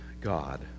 God